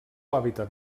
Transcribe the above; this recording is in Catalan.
hàbitat